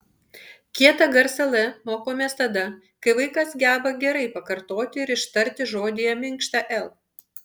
kietą garsą l mokomės tada kai vaikas geba gerai pakartoti ir ištarti žodyje minkštą l